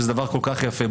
וזה דבר כל כך יפה.